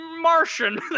Martian